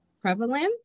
prevalent